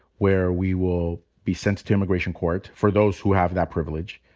where we will be sent to immigrant court, for those who have that privilege.